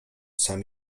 sam